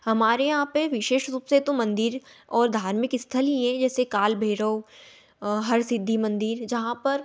हमारे यहाँ पर विशेष रूप से तो मन्दिर और धार्मिक स्थल ही हें जैसे काल भैरव हरसिद्धि मंदिर जहाँ पर